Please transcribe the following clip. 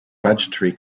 budgetary